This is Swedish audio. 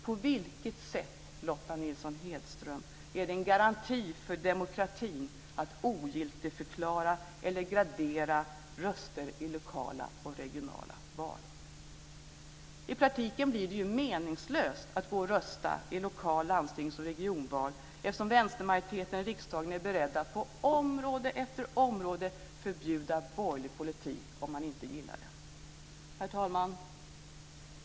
På vilket sätt, Lotta Nilsson Hedström, är det en garanti för demokratin att ogiltigförklara eller gradera röster i lokala och regionala val? I praktiken blir det meningslöst att gå och rösta i lokal-, landstings och regionval, eftersom vänstermajoriteten i riksdagen är beredd att på område efter område förbjuda borgerlig politik om man inte gillar den. Herr talman!